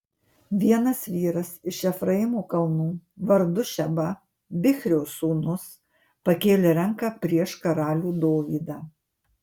vienas vyras iš efraimo kalnų vardu šeba bichrio sūnus pakėlė ranką prieš karalių dovydą